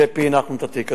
שפענחנו את התיק הזה.